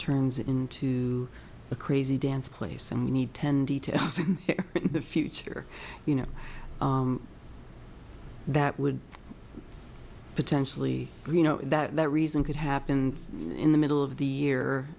turns it into a crazy dance place and we need ten details in the future you know that would potentially you know that reason could happen in the middle of the year